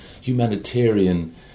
humanitarian